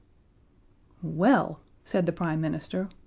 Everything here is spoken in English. well! said the prime minister,